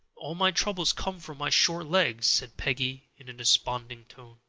all my troubles come from my short legs, said peggy, in a desponding tone.